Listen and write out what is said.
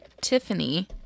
tiffany